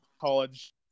college